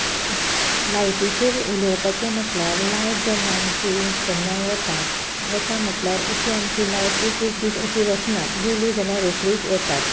लायटीचेर उलोवपाचें म्हणल्यार लायट जेन्ना आमची केन्नाय वता वता म्हणल्यार अशी आमची लायट एक एक दीस अशी लायट वचना गेली जाल्यार रोकडीच येतात